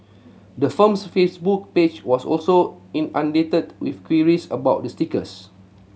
the firm's Facebook page was also inundated with queries about the stickers